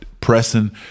pressing